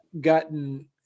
gotten